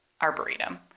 Arboretum